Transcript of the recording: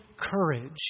courage